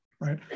right